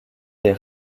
des